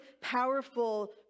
powerful